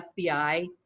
FBI